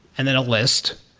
and then a list,